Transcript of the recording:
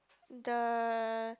the